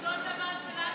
נקודות המס של אשקלון?